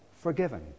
forgiven